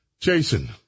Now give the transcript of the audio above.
Jason